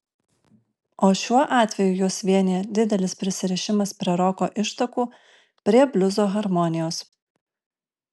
o šiuo atveju juos vienija didelis prisirišimas prie roko ištakų prie bliuzo harmonijos